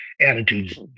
attitudes